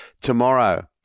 tomorrow